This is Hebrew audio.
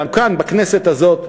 כאן בכנסת הזאת,